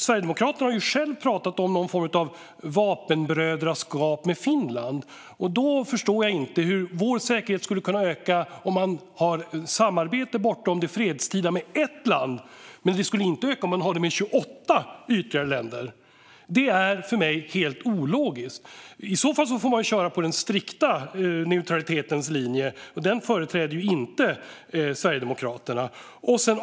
Sverigedemokraterna har själva pratat om någon form av vapenbrödraskap med Finland, men jag förstår inte hur vår säkerhet skulle kunna öka om man har ett samarbete bortom det fredstida med ett land men inte om man har det med ytterligare 28 länder. Detta är för mig helt ologiskt. I så fall får man köra på den strikta neutralitetens linje, och den företräder inte Sverigedemokraterna.